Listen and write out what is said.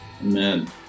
Amen